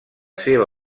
seva